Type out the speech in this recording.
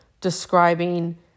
describing